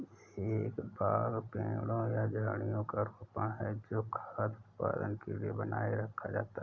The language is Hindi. एक बाग पेड़ों या झाड़ियों का रोपण है जो खाद्य उत्पादन के लिए बनाए रखा जाता है